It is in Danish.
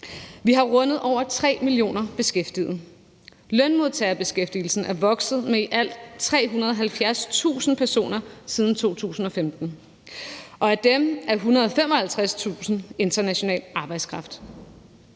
Vi har rundet over 3 millioner beskæftigede. Lønmodtagerbeskæftigelsen er vokset med i alt 370.000 personer siden 2015, og af dem er 155.000 international arbejdskraft.